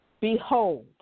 behold